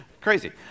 Crazy